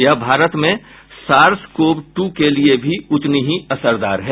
यह भारत में SARS CoV ट् के लिए भी उतनी ही असरदार है